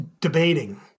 debating